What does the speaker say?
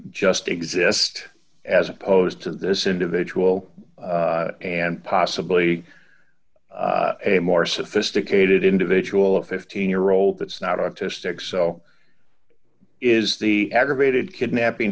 just exist as opposed to this individual and possibly a more sophisticated individual a fifteen year old that's not autistic so is the aggravated kidnapping